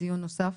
דיון נוסף.